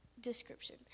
Description